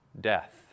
death